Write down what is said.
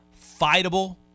fightable